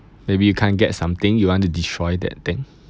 maybe you can't get something you want to destroy that thing